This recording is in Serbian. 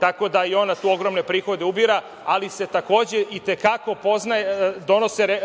tako da i ona tu ogromne prihode ubira, ali se takođe i te kako donose